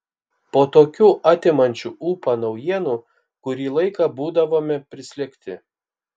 po tokių atimančių ūpą naujienų kurį laiką būdavome prislėgti